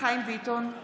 חיים ביטון,